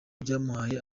byamuhaye